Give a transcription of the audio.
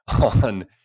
on